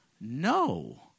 No